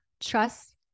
trust